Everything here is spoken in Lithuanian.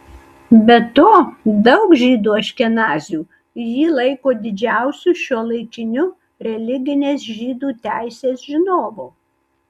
be to daug žydų aškenazių jį laiko didžiausiu šiuolaikiniu religinės žydų teisės žinovu